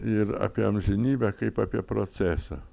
ir apie amžinybę kaip apie procesą